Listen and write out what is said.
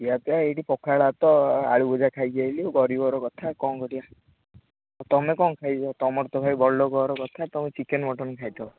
ଖିଆପିଆ ଏଇଠି ପଖାଳ ଭାତ ଆଳୁ ଭଜା ଖାଇକି ଆସିଲୁ ଗରିବ ଘର କଥା କ'ଣ କରିବା ତୁମେ କ'ଣ ଖାଇଛ ତୁମର ତ ଭାଇ ବଡ଼ ଲୋକ ଘର କଥା ତୁମେ ଚିକେନ ମଟନ୍ ଖାଇଥିବ